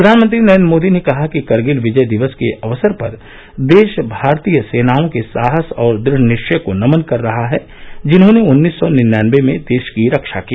प्रधानमंत्री नरेन्द्र मोदी ने कहा कि करगिल विजय दिवस के अवसर पर देश भारतीय सेनाओं के साहस और दृढ निश्चय को नमन कर रहा है जिन्होंने उन्नीस सौ निन्यानवे में देश की रक्षा की